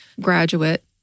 graduate